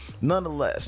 nonetheless